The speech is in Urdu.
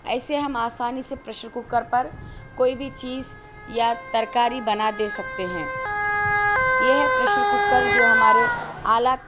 ایسے ہم آسانی سے پریشر کوکر پر کوئی بھی چیز یا ترکاری بنا دے سکتے ہیں یہ ہے پریشر کوکر جو ہمارے آلات